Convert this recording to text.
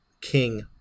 King